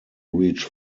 reach